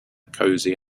cozy